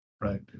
right